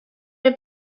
have